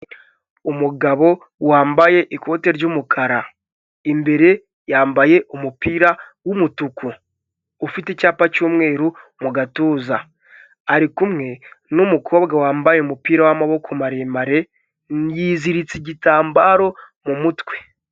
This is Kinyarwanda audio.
Umugabo wambaye ikote ry'umukara, imbere yambaye umupira w'umutuku ufite icyapa cyu'umweru mu gatuza; ari kumwe n'umukobwa wambaye umupira w'amaboko maremare yiziritse igitambararo mu mutwe.